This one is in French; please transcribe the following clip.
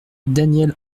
daniel